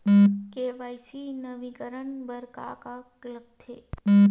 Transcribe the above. KYC नवीनीकरण बर का का लगथे?